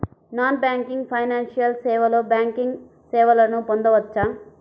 Non banking financial సేవలో banking సేవలను పొందవచ్చా?